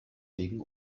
wegen